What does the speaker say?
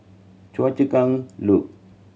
Choa Chu Kang Loop